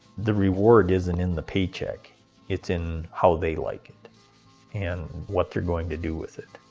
the reward isn't in the paycheck it's in how they like it and what they're going to do with it.